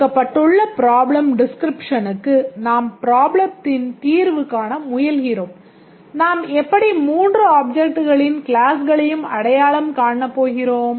கொடுக்கப்பட்டுள்ள ப்ராப்ளம் டிஸ்க்ரிப்ஷனுக்கு நாம் ப்ராப்ளத்தின் தீர்வு காண முயல்கிறோம் நாம் எப்படி 3 ஆப்ஜெக்ட்களின் க்ளாஸ்களையும் அடையாளம் காணப்போகிறோம்